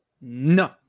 No